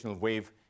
wave